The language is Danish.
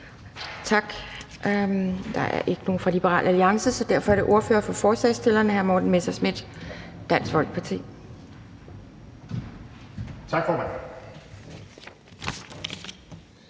Der er ikke nogen fra Liberal Alliance, så derfor er det ordføreren for forslagsstillerne, hr. Morten Messerschmidt, Dansk Folkeparti. Kl.